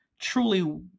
truly